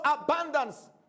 abundance